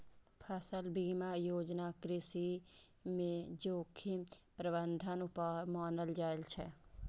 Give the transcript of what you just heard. फसल बीमा योजना कृषि मे जोखिम प्रबंधन उपाय मानल जाइ छै